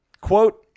Quote